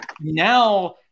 Now